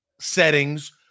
settings